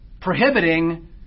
prohibiting